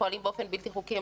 שפועלים באופן בלתי חוקי,